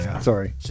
sorry